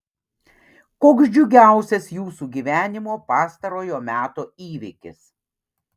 koks džiugiausias jūsų gyvenimo pastarojo meto įvykis